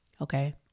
Okay